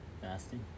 Fasting